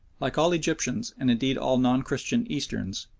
like all egyptians, and indeed all non-christian easterns,